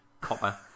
copper